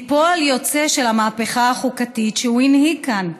היא פועל יוצא של המהפכה החוקתית שהוא הנהיג כאן,